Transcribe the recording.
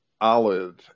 olive